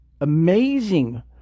amazing